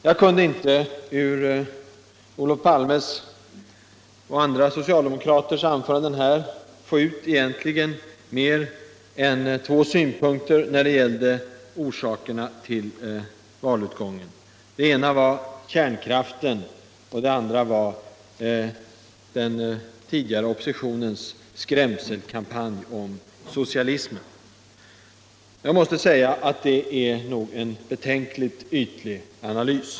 Jag kunde i Olof Palmes och i andra socialdemokraters anföranden egentligen inte finna mer än två synpunkter när det gäller orsakerna till valutgången. Den ena var kärnkraften och den andra var den tidigare oppositionens s.k. skrämselkampanj om socialismen. Det är nog en betänkligt ytlig analys.